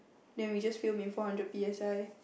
then we just film in four hundred P_S_I